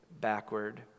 backward